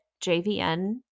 JVN